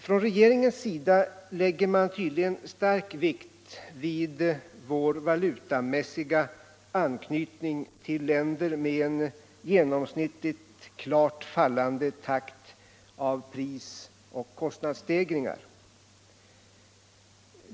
Från regeringens sida lägger man tydligen stor vikt vid vår valutamässiga anknytning till länder med en genomsnittligt klart fallande takt i pris och kostnadsstegringar.